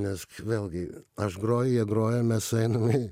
nes vėlgi aš groju jie groja mes sueinam į